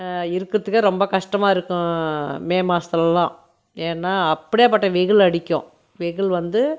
இருக்கிறதுக்கே ரொம்ப கஷ்டமாக இருக்கும் மே மாதத்துலல்லாம் ஏன்னா அப்படியாபட்ட வெயில் அடிக்கும் வெயில் வந்து